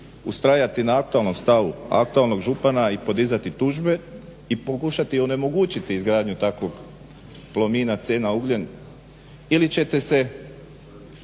ustrajati na aktualnom stavu aktualnog župana i podizati tužbe, i pokušati onemogućiti izgradnju takvog Plomina C na ugljen ili ćete se